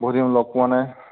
বহু দিন লগ পোৱা নাই